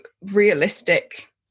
realistic